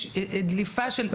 יש דליפה של סטודנטים.